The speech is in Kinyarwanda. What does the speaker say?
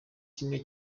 kimwe